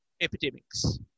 epidemics